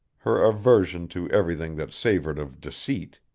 her aversion to everything that savored of deceit.